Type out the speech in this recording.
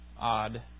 odd